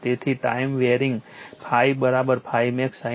તેથી time varying ∅ ∅max sin t છે